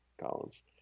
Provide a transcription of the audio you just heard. Collins